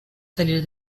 salir